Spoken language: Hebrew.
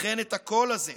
לכן את הקול הזה,